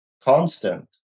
constant